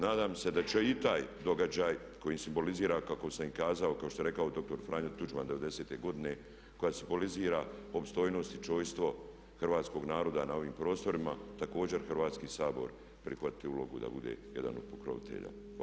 Nadam se da će i taj događaj koji simbolizira kako sam i kazao kao što je rekao dr. Franjo Tuđman '90. godine koja simbolizira opstojnost i čojstvo hrvatskog naroda na ovim prostorima također Hrvatski sabor prihvatiti ulogu da bude jedan od pokrovitelja.